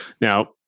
now